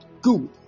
Good